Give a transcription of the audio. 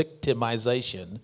victimization